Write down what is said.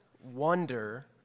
wonder